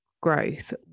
growth